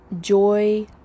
joy